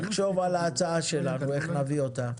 נחשוב על ההצעה שלנו איך נביא אותה.